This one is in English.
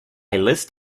list